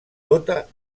tota